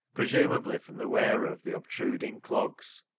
presumably from the wearer of the obtruding clogs.